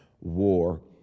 war